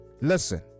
listen